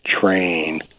train